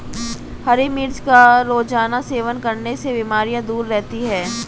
हरी मिर्च का रोज़ाना सेवन करने से बीमारियाँ दूर रहती है